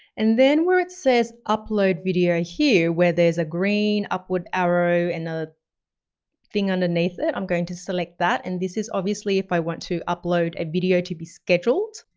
and then where it says, upload video here, where there's a green upward arrow and the thing underneath it, i'm going to select that and this is obviously if i want to upload a video to be scheduled.